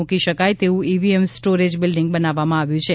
મુકી શકાય તેવું ઈવીએમ સ્ટોરેજ બિલ્ડીંગ બનાવવામાં આવ્યું છે